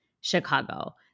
Chicago